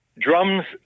drums